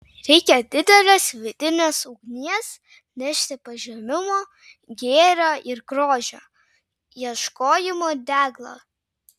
reikia didelės vidinės ugnies nešti pažinimo gėrio ir grožio ieškojimo deglą